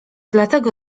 dlatego